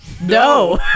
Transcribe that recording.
No